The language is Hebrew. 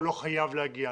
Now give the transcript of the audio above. הוא לא חייב להגיע.